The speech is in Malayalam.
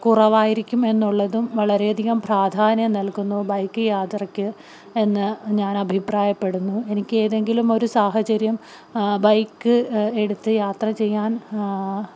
കുറവായിരിക്കുമെന്നുള്ളതും വളരെയധികം പ്രാധാന്യം നൽകുന്നു ബൈക്ക് യാത്രയ്ക്കെന്ന് ഞാൻ അഭിപ്രായപ്പെടുന്നു എനിക്ക് ഏതെങ്കിലുമൊരു സാഹചര്യം ബൈക്കെടുത്ത് യാത്ര ചെയ്യാൻ